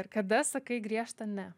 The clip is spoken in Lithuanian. ir kada sakai griežtą ne